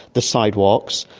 the sidewalks,